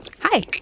hi